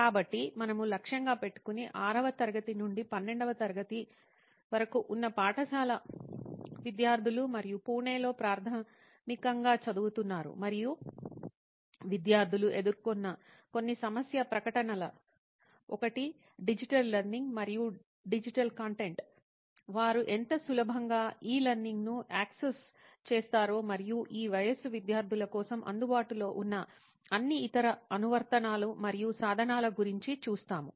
కాబట్టి మనము లక్ష్యంగా పెట్టుకుని 6 వ తరగతి నుండి 12 వ తరగతి వరకు ఉన్న పాఠశాల విద్యార్థులు మరియు పూణేలో ప్రాథమికంగా చదువుతున్నారు మరియు విద్యార్థులు ఎదుర్కొన్న కొన్ని సమస్య ప్రకటనలు ఒకటి డిజిటల్ లెర్నింగ్ మరియు డిజిటల్ కంటెంట్ వారు ఎంత సులభంగా ఇ లేరింగ్ ను యాక్సెస్ చేస్తారో మరియు ఈ వయస్సు విద్యార్థుల కోసం అందుబాటులో ఉన్న అన్ని ఇతర అనువర్తనాలు మరియు సాధనాలు గురించి చూస్తాము